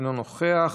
אינו נוכח,